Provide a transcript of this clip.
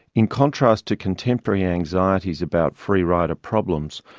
in contrast to contemporary anxieties about free rider problems,